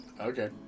Okay